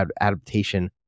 adaptation